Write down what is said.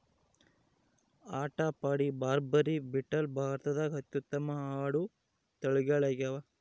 ಅಟ್ಟಪಾಡಿ, ಬಾರ್ಬರಿ, ಬೀಟಲ್ ಭಾರತದಾಗ ಅತ್ಯುತ್ತಮ ಆಡು ತಳಿಗಳಾಗ್ಯಾವ